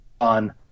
on